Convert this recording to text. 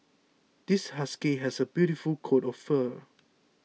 this husky has a beautiful coat of fur